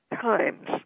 times